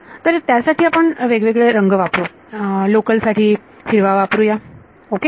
तर त्यासाठी आपण वेगवेगळे रंग वापरू लोकल साठी हिरवा वापरूया ओके